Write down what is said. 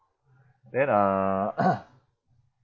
then uh